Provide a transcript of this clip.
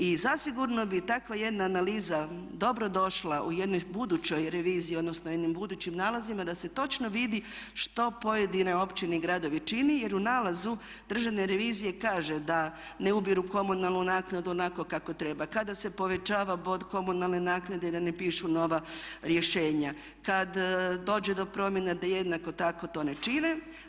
I zasigurno bi takva jedna analiza dobro došla u jednoj budućoj reviziji, odnosno jednim budućim nalazima da se točno vidi što pojedine općine i gradovi čine jer u nalazu državne revizije kaže da ne ubiru komunalnu naknadu onako kako treba, kada se povećava bod komunalne naknade da ne pišu nova rješenja, kada dođe do promjena da jednako tako to ne čine.